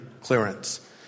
clearance